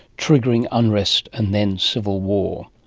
triggering unrest and then civil war.